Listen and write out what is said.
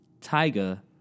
Tiger